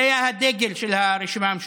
זה היה הדגל של הרשימה המשותפת.